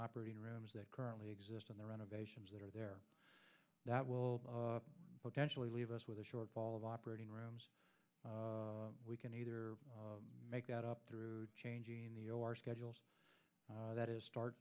operating rooms that currently exist in the renovations that are there that will potentially leave us with a shortfall of operating rooms we can either make that up through changing the our schedules that is start